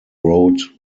wrote